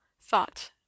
thought